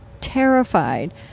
terrified